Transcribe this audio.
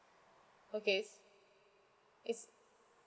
okay is it's